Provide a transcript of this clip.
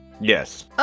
Yes